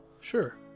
Sure